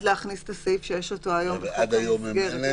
בשביל זה צריך להכניס לפה את הסעיף שיש כבר היום בחוק המסגרת.